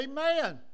Amen